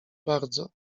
bardzo